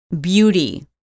beauty